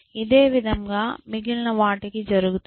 ఇదేవిధంగా మిగిలిన వాటికీ జరుగుతుంది